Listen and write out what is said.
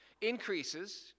increases